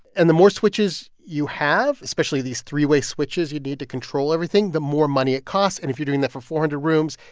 and the more switches you have especially these three-way switches you need to control everything the more money it costs. and if you're doing that for four hundred rooms,